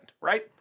Right